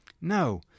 No